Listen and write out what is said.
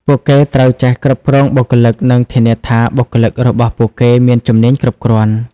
ពួកគេត្រូវចេះគ្រប់គ្រងបុគ្គលិកនិងធានាថាបុគ្គលិករបស់ពួកគេមានជំនាញគ្រប់គ្រាន់។